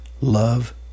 Love